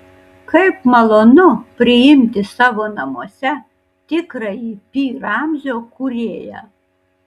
kaip malonu priimti savo namuose tikrąjį pi ramzio kūrėją